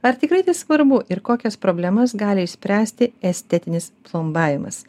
ar tikrai tai svarbu ir kokias problemas gali išspręsti estetinis plombavimas